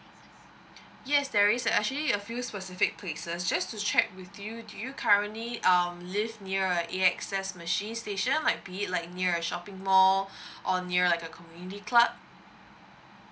yes there is actually a few specific places just to check with you do you currently um live near A X S machine station like be it like near a shopping mall or near like a community club